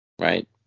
right